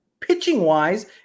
pitching-wise